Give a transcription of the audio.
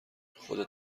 خودت